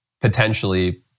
potentially